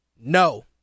No